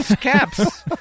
caps